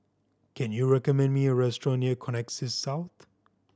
can you recommend me a restaurant near Connexis South